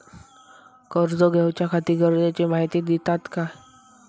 कर्ज घेऊच्याखाती गरजेची माहिती दितात काय?